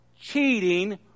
cheating